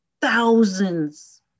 thousands